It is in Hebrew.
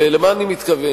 ולמה אני מתכוון?